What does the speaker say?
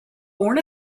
born